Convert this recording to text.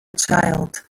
child